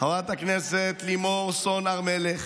לחברת הכנסת לימור סון הר מלך